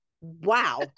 wow